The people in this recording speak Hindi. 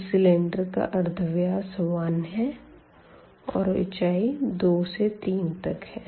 तो सिलेंडर का अर्धव्यास 1 है और ऊंचाई 2 से 3 तक है